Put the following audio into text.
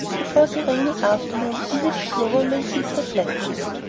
it was a rainy afternoon in which clover made these reflections.